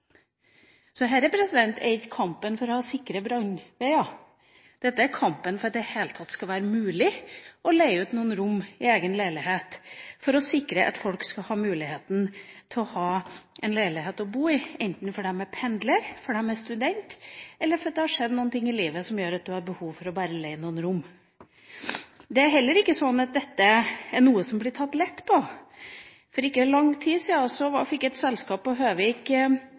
er ikke kampen for å sikre brannveier, dette er kampen for at det i det hele tatt skal være mulig å leie ut noen rom i egen leilighet for å sikre at folk skal ha mulighet til å ha en leilighet å bo i, enten fordi man er pendler, fordi man er student, eller fordi det har skjedd noe i livet som gjør at man har behov for bare å leie noen rom. Det er heller ikke sånn at dette blir tatt lett på. For ikke lang tid siden fikk et selskap på Høvik